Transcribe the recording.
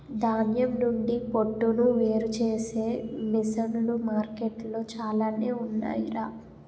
ధాన్యం నుండి పొట్టును వేరుచేసే మిసన్లు మార్కెట్లో చాలానే ఉన్నాయ్ రా